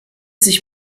sich